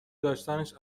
داشتنش